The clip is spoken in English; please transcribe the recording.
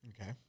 Okay